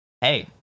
Hey